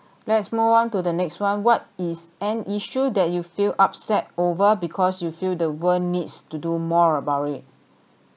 let's move on to the next one what is an issue that you feel upset over because you feel the world needs to do more about it